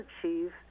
achieve